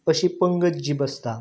अशी पंगत जी बसता